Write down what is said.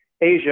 Asia